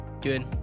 Good